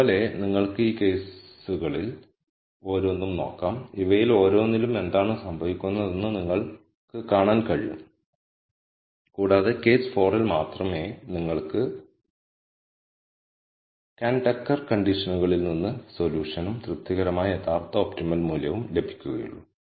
അതുപോലെ നിങ്ങൾക്ക് ഈ കേസുകളിൽ ഓരോന്നും നോക്കാം ഇവയിൽ ഓരോന്നിലും എന്താണ് സംഭവിക്കുന്നതെന്ന് നിങ്ങൾക്ക് കാണാൻ കഴിയും കൂടാതെ കേസ് 4 ൽ മാത്രമേ നിങ്ങൾക്ക് കുൻ ടക്കർ കണ്ടിഷനുകളിൽ നിന്ന് സൊല്യൂഷനും തൃപ്തികരമായ യഥാർത്ഥ ഒപ്റ്റിമൽ മൂല്യവും ലഭിക്കുകയുള്ളൂ